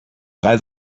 drei